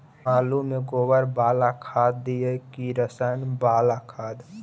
आलु में गोबर बाला खाद दियै कि रसायन बाला खाद?